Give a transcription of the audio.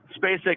SpaceX